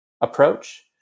approach